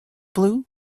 blue